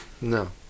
No